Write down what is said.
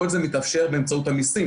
כל זה מתאפשר באמצעות המיסים.